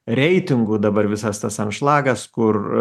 reitingų dabar visas tas anšlagas kur